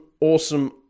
awesome